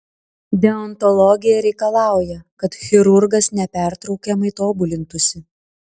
deontologija reikalauja kad chirurgas nepertraukiamai tobulintųsi